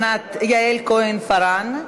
יעל כהן-פארן,